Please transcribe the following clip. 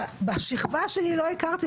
בשכבה שלי לא הכרתי.